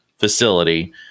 facility